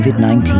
COVID-19